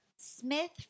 Smith